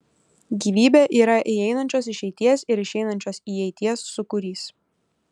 gyvybė yra įeinančios išeities ir išeinančios įeities sūkurys